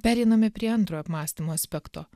pereiname prie antro apmąstymų aspekto